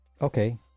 Okay